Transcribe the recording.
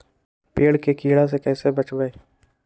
पेड़ के कीड़ा से कैसे बचबई?